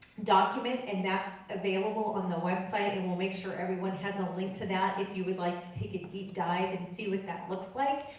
document and that's available on the website, and we'll make sure everyone has a link to that if you would like to take a deep-dive and see what that looks like.